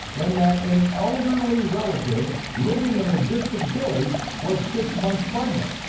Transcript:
and that an elderly relative living in a distant village was six months pregnant.